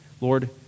Lord